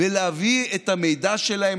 ולהביא את המידע שלהם,